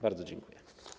Bardzo dziękuję.